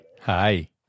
Hi